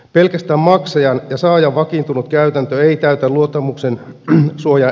pelkästään maksajan ja saajan vakiintunut käytäntö ei täytä luottamuksensuojaedellytyksiä